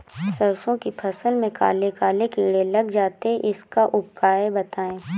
सरसो की फसल में काले काले कीड़े लग जाते इसका उपाय बताएं?